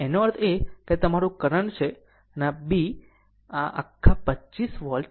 આનો અર્થ એ કે આ અમારું કરંટ છે આ બી આખા 25 વોલ્ટ 5